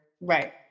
Right